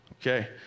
Okay